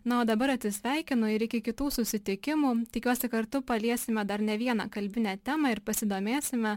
na o dabar atsisveikinu ir iki kitų susitikimų tikiuosi kartu paliesime dar ne vieną kalbinę temą ir pasidomėsime